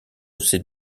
ces